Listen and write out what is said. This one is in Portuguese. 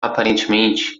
aparentemente